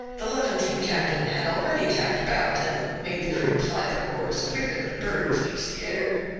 the levantine captain had already tacked about, and made the crew ply their oars quicker than a bird cleaves the air.